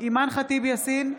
אימאן ח'טיב יאסין,